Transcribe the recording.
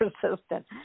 persistent